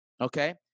okay